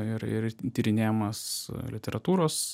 ir ir tyrinėjamas literatūros